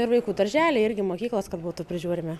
ir vaikų darželį irgi mokyklos kad būtų prižiūrimi